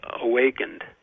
awakened